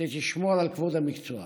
לשמור על הכבוד למקצוע.